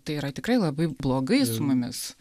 tai yra tikrai labai blogai su mumis